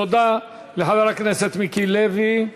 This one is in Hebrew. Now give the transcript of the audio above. תודה לחבר הכנסת מיקי לוי.